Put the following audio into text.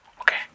okay